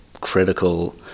critical